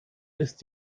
ist